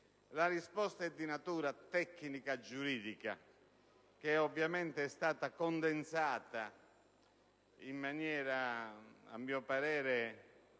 La risposta è di natura tecnico-giuridica ed è stata condensata in maniera, a mio parere,